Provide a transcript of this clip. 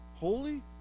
Holy